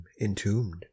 entombed